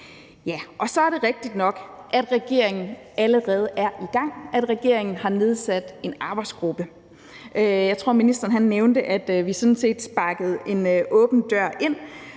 Så er det rigtigt nok, at regeringen allerede er i gang, at regeringen har nedsat en arbejdsgruppe – jeg tror, ministeren nævnte, at vi sådan set sparkede en åben dør ind.